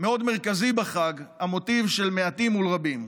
מאוד מרכזי בחג, המוטיב של מעטים מול רבים.